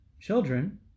children